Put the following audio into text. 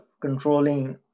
controlling